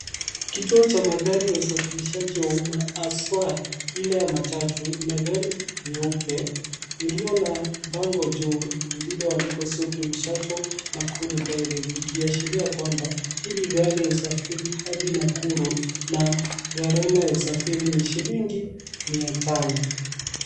Kituo cha magari ya usafirishaji wa umma haswa ile ya matatu, ina gari nyeupe iliyo na bango juu lililoandikwa supreme shuttle nakuru direct ikiashiria kwamba hili gari husafiri hadi Nakuru na gharama ya usafiri ni shilingi 500.